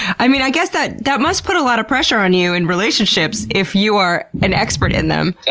i mean, i guess that that must put a lot of pressure on you in relationships if you are an expert in them.